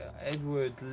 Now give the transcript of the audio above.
Edward